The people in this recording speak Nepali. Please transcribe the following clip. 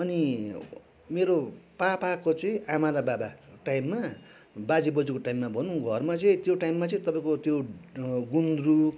अनि मेरो पापाको चाहिँ आमा र बाबाको टाइममा बाजे बोजूको टाइममा भनौँ घरमा चाहिँ त्यो टाइममा चाहिँ तपाईँको त्यो गुन्द्रुक